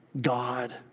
God